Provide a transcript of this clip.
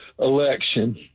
Election